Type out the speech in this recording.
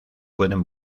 pueden